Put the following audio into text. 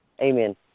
Amen